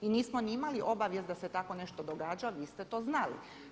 I nismo ni imali obavijest da se tako nešto događa, vi ste to znali.